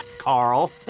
Carl